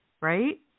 right